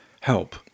help